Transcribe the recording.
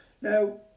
Now